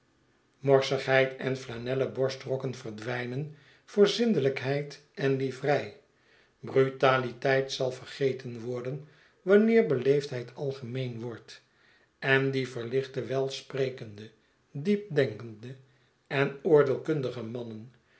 morsigheid en flanellen borstrokken verdwijnen voor zindelykheid en livrei brutaliteit zal vergeten worden wanneer beleefdheid algemeen wordt en die verlichte welsprekende diepdenkende en oordeelkundige mannen